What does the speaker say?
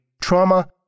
trauma